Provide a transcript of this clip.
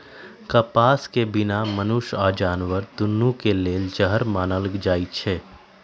कपास के बीया मनुष्य आऽ जानवर दुन्नों के लेल जहर मानल जाई छै